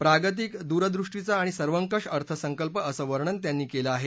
प्रागतिक दूरवृष्टीचा आणि सर्वकष अर्थसंकल्प असं वर्णन त्यांनी केलं आहे